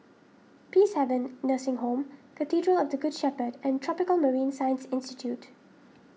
Peacehaven Nursing Home Cathedral of the Good Shepherd and Tropical Marine Science Institute